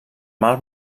mar